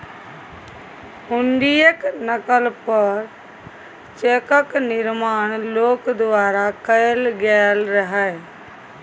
हुंडीयेक नकल पर चेकक निर्माण लोक द्वारा कैल गेल रहय